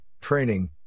training